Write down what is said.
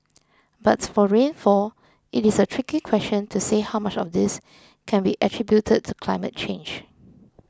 but for rainfall it is a tricky question to say how much of this can be attributed to climate change